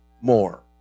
more